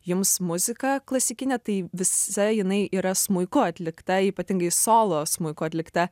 jums muziką klasikinę tai visa jinai yra smuiku atlikta ypatingai solo smuiku atlikta